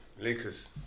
Lakers